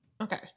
Okay